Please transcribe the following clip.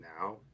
now